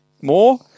more